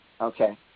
Okay